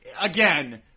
again